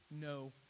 no